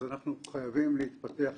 אז אנחנו חייבים להתפתח.